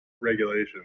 regulation